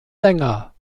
länger